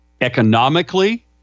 economically